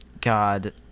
God